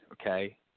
Okay